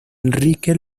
enrique